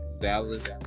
Dallas